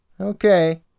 Okay